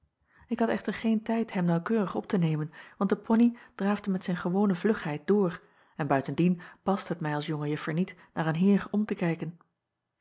k had echter geen tijd hem naauwkeurig op te nemen want de poney draafde met zijn gewone vlugheid door en buitendien paste het mij als jonge juffer niet naar een heer om te kijken